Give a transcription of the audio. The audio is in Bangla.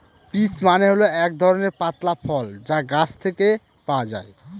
পিচ্ মানে হল এক ধরনের পাতলা ফল যা গাছ থেকে পাওয়া যায়